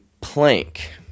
plank